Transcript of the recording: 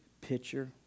picture